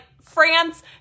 France